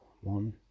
one